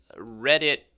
Reddit